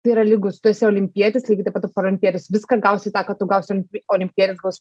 tai yra lygus tu esi olimpietis lygiai taip pat tu parolimpietis ir viską gausi tą ką tu gausi olimpietis gaus